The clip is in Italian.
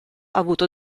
avuto